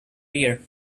year